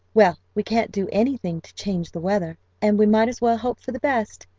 well, we can't do anything to change the weather, and we might as well hope for the best.